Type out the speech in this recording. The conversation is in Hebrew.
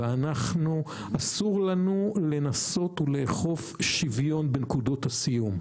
ואסור לנו לנסות לאכוף שוויון בנקודות הסיום.